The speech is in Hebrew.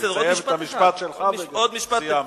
תסיים את המשפט שלך ודי, סיימנו.